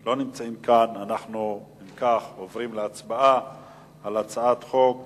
לא נמצאים כאן, אנחנו עוברים להצבעה על הצעת חוק